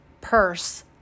purse